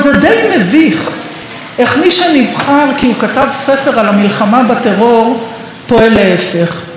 זה די מביך איך מי שנבחר כי הוא כתב ספר על המלחמה בטרור פועל להפך,